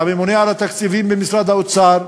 הממונה על התקציבים במשרד האוצר,